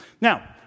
Now